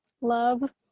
love